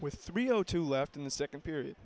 with three o two left in the second period